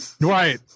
right